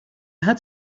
had